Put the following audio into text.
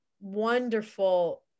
wonderful